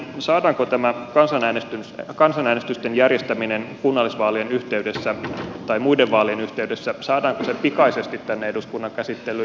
saadaanko tämä kansanäänestysten järjestäminen kunnallisvaalien yhteydessä tai muiden vaalien yhteydessä pikaisesti tänne eduskunnan käsittelyyn